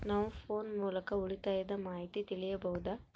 ನಾವು ಫೋನ್ ಮೂಲಕ ಉಳಿತಾಯದ ಮಾಹಿತಿ ತಿಳಿಯಬಹುದಾ?